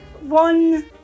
one